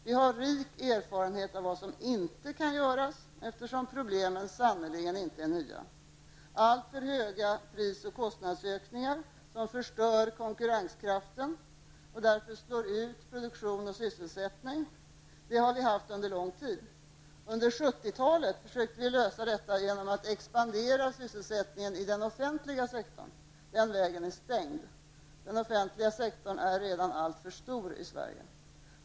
Vi har rik erfarenhet av vad som inte kan göras, eftersom problemen sannerligen inte är nya. Alltför höga pris och kostnadsökningar, som förstör konkurrenskraften och därför slår ut produktion och sysselsättning, har vi haft under lång tid. Under 1970-talet försökte vi lösa detta genom att expandera sysselsättningen i den offentliga sektorn, men den vägen är stängd. Den offentliga sektorn är redan alltför stor i Sverige.